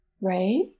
Right